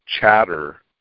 chatter